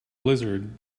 blizzard